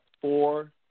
four